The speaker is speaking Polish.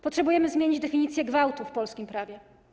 Potrzebujemy zmiany definicji gwałtu w polskim prawie.